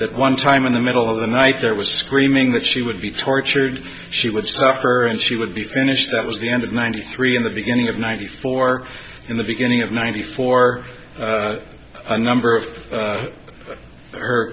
at one time in the middle of the night that was screaming that she would be tortured she would suffer and she would be finished that was the end of ninety three in the beginning of ninety four in the beginning of ninety four a number of